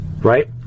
Right